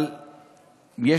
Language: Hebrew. אבל יש תנאים,